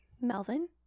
Melvin